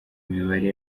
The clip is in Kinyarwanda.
mibare